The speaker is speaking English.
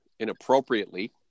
inappropriately